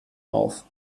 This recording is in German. auf